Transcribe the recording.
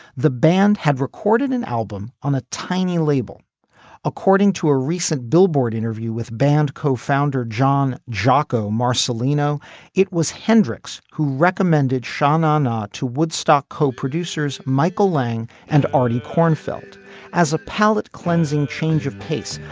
the band had recorded an album on a tiny label according to a recent billboard interview with band co-founder john jacko marceline. you know it was hendrix who recommended shannon not to woodstock co producers michael lang and artie cornfield as a palate cleansing change of pace.